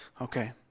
Okay